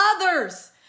others